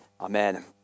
amen